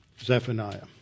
Zephaniah